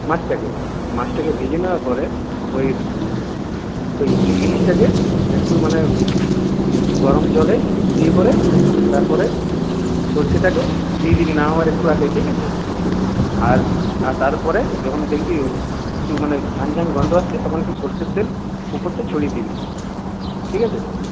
মাছটাকে মাছটাকে ভেজে নেওয়ার পরে ওই ওই ইলিশটাকে একটু মানে গরম জলে দিয়ে পরে তারপরে সরষেটাকে দিয়ে দিবি নামাবার একটু আগে ঠিক আছে আর আর তারপরে যখন দেখবি একটু মানে ঝাঁঝ ঝাঁঝ গন্ধ আসছে তখন একটু সরষের তেল উপরটায় ছড়িয়ে দিবি ঠিক আছে